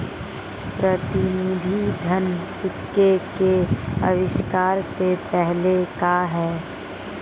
प्रतिनिधि धन सिक्के के आविष्कार से पहले का है